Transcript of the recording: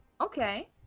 Okay